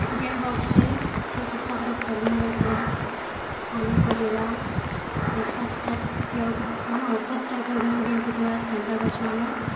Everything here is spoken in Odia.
ଯେଉଁ ଗଛରେ ଠିକ୍ ହିସାବରେ ଫଲ୍ ମୂଲ୍ ହେଉଥିବା ପନି ପରିବା ଔଷଦ ଜାତୀୟମାନେ ଔଷଧ ଟାଇପ୍ର ଗୁଣ୍ ଥିବା ସେନ୍ତା ଗଛ୍ମାନେ